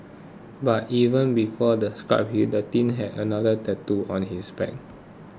but even before the scabs healed the teen had another tattooed on his back